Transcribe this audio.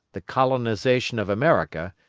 the colonisation of america,